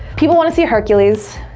people want to see hercules,